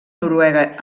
noruega